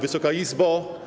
Wysoka Izbo!